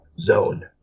zone